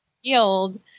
healed